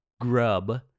grub